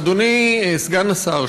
אדוני סגן השר,